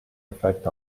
effect